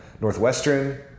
Northwestern